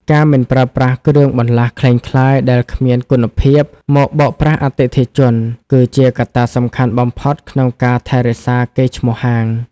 ការមិនប្រើប្រាស់គ្រឿងបន្លាស់ក្លែងក្លាយដែលគ្មានគុណភាពមកបោកប្រាស់អតិថិជន គឺជាកត្តាសំខាន់បំផុតក្នុងការថែរក្សាកេរ្តិ៍ឈ្មោះហាង។